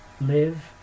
live